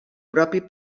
propi